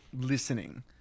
listening